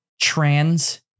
trans